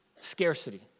scarcity